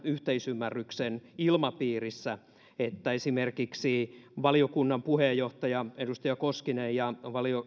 yhteisymmärryksen ilmapiirissä että esimerkiksi valiokunnan puheenjohtaja edustaja koskinen ja